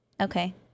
Okay